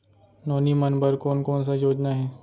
नोनी मन बर कोन कोन स योजना हे?